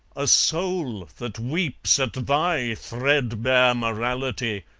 a soul that weeps at thy threadbare morality?